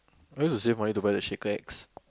I used to save money to buy the shaker X